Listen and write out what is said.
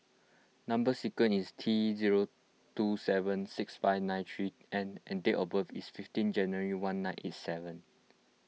Number Sequence is T zero two seven six five nine three N and date of birth is fifteen January one nine eight seven